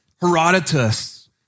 Herodotus